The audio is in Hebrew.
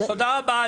תודה רבה.